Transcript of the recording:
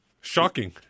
Shocking